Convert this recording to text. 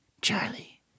Charlie